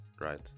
right